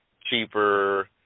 cheaper